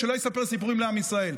ושלא יספר סיפורים לעם ישראל.